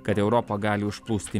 kad europą gali užplūsti